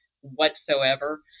whatsoever